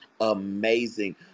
amazing